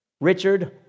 Richard